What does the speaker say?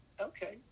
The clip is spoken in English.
Okay